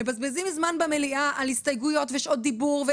מבזבזים זמן במליאה על הסתייגויות ושעות דיבור.